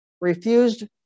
refused